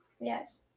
Yes